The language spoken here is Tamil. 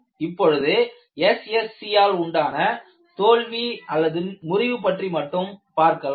இப்பொழுது SSC ஆல் உண்டான தோல்வி முறிவு பற்றி மட்டும் பார்க்கலாம்